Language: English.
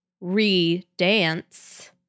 re-dance